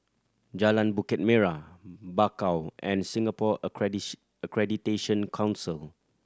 Jalan Bukit Merah Bakau and Singapore Accreditation Council